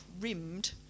rimmed